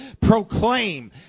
Proclaim